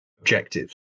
objective